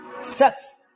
sex